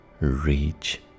reach